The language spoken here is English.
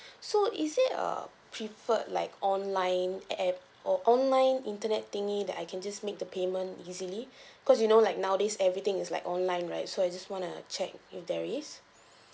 so is there a preferred like online app or online internet thingy that I can just make the payment easily cause you know like nowadays everything is like online right so I just want to check if there is